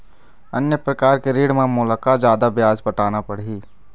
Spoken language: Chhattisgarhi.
अन्य प्रकार के ऋण म मोला का जादा ब्याज पटाना पड़ही?